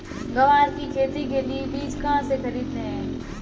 ग्वार की खेती के लिए बीज कहाँ से खरीदने हैं?